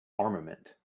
armament